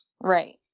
right